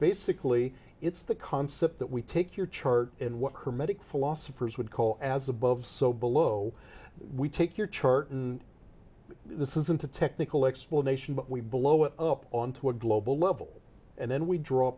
basically it's the concept that we take your chart and what hermetic philosophers would call as above so below we take your chart in this isn't a technical explanation but we blow it up onto a global level and then we draw